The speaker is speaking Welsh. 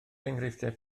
enghreifftiau